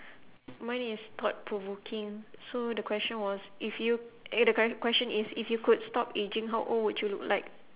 mine is thought-provoking so the question was if you eh the que~ question is if you could stop aging how old would you look like